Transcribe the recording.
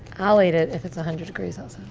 i'll eat it if it's a hundred degrees and